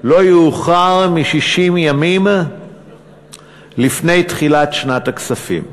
לא יאוחר מ-60 ימים לפני תחילת שנת הכספים.